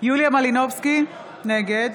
יוליה מלינובסקי, נגד